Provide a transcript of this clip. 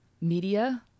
media